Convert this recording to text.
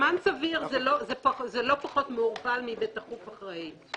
"זמן סביר" זה לא פחות מעורפל מ"בתכוף אחרי".